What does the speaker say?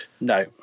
No